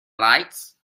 lights